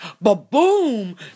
ba-boom